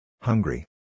Hungry